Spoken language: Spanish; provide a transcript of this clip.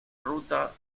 ruta